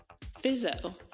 Fizzo